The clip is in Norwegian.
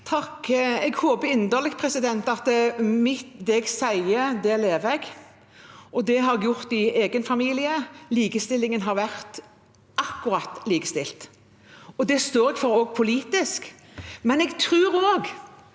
Jeg håper inderlig at det jeg sier, lever jeg etter, og det har jeg gjort i egen familie; likestillingen har vært akkurat likestilt. Det står jeg for også politisk, men jeg tror også